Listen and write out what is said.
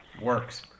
works